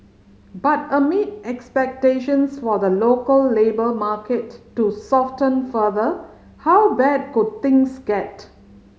but amid expectations for the local labour market to soften further how bad could things get